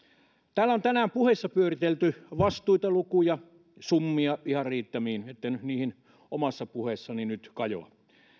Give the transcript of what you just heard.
täällä on tänään puheissa pyöritelty vastuita lukuja summia ihan riittämiin enkä niihin omassa puheessani nyt kajoa